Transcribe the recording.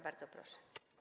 Bardzo proszę.